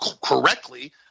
correctly